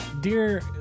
dear